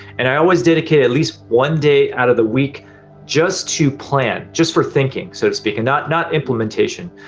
and i always dedicate at least one day out of the week just to plan, just for thinking so to speak and not not implementation.